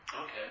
Okay